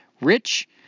Rich